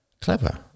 Clever